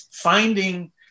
Finding